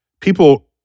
people